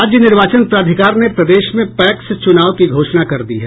राज्य निर्वाचन प्राधिकार ने प्रदेश में पैक्स चुनाव की घोषणा कर दी है